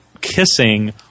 kissing